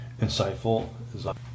insightful